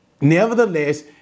nevertheless